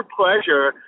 pleasure